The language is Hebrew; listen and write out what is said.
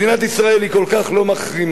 מדינת ישראל היא כל כך לא מחרימה.